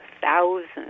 thousands